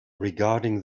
regarding